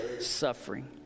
suffering